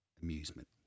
Amusement